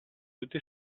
tutti